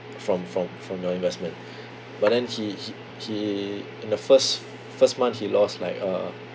from from from your investment but then he he he in the first first month he lost like uh